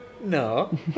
no